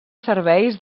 serveis